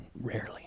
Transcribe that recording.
rarely